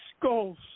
skulls